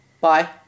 bye